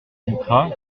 ultras